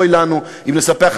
אוי לנו אם נספח חד-צדדית.